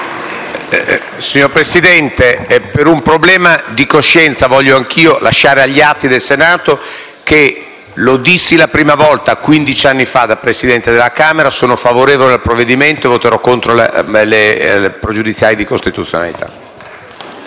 Signor Presidente, per un problema di coscienza voglio anch'io lasciare agli atti del Senato che - lo dissi la prima volta quindici anni fa, da Presidente della Camera - sono favorevole al provvedimento e voterò contro le pregiudiziali di costituzionalità.